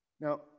Now